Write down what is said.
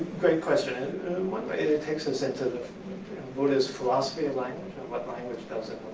great question. in one way, it takes us into the buddhist philosophy of language, and what language does